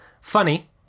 Funny